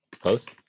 Close